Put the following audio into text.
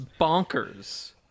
bonkers